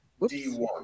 D1